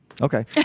Okay